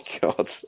god